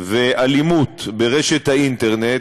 והאלימות באינטרנט,